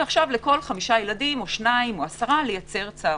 ועכשיו לכל 5 ילדים או 2 או 10 לייצר צהרון.